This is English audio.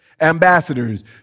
ambassadors